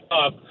up